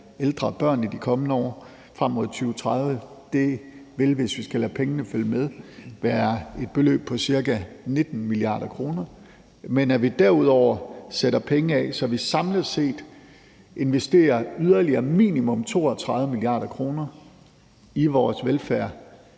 ældre og børn i de kommende år frem mod 2030, og hvor det, hvis vi skal lade pengene følge med, vil være et beløb på ca. 19 mia. kr., men at vi derudover sætter penge af, så vi samlet set investerer yderligere minimum 32 mia. kr. i vores velfærd